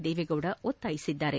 ದೇವೇಗೌಡ ಒತ್ತಾಯಿಸಿದ್ದಾರೆ